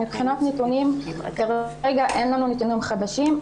מבחינת נתונים, כרגע אין לנו נתונים חדשים.